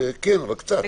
כן, אבל קצת.